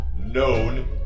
known